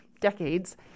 decades